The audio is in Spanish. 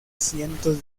cientos